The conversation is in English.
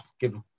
give